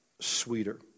sweeter